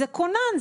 זה כונן,